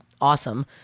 awesome